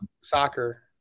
soccer